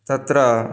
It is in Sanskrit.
तत्र